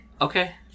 Okay